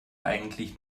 eigentlich